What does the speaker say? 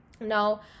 Now